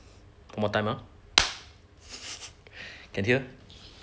more time uh can hear